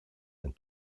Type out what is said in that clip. and